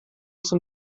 zum